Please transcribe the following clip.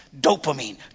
Dopamine